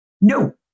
No